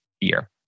year